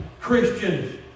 Christians